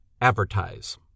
advertise